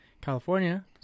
California